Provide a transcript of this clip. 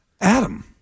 Adam